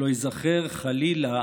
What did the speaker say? שלא ייזכר חלילה